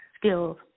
skills